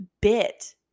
bit